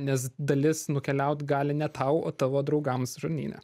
nes dalis nukeliaut gali ne tau o tavo draugams žarnyne